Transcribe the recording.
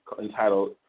entitled